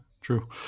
True